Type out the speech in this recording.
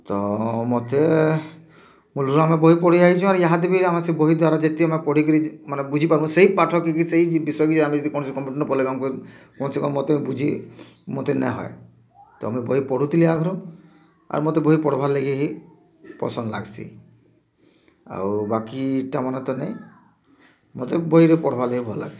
ତ ମତେ ମୂଳ୍ରୁ ଆମେ ବହି ପଢ଼ି ଆଇଛୁଁ ଆରୁ ଇହାଦେ ବି ଆମେ ସେ ବହି ଦ୍ୱାରା ଯେତ୍କି ଆମେ ପଢ଼ିକରି ବୁଝିପାର୍ବୁ ସେଇ ପାଠକେ କି ସେଇ ବିଷୟକେ ଆମେ ଯଦି କୌଣସି କମ୍ସେ କମ୍ ବୁଝି ମତେ ନାଇଁ ହଏ ତ ମୁଇଁ ବହି ପଢ଼ୁଥିଲି ଆଗ୍ରୁ ଆରୁ ମତେ ବହି ପଢ଼୍ବାର୍ ଲାଗି ହି ପସନ୍ଦ୍ ଲାଗ୍ସି ଆଉ ବାକିଟାମାନେ ତ ନାଇଁ ମତେ ବହିଟା ପଢ଼୍ବାର୍ ଲାଗି ଭଲ୍ ଲାଗ୍ସି